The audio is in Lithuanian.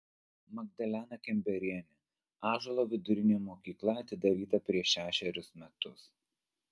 magdalena kembrienė ąžuolo vidurinė mokykla atidaryta prieš šešerius metus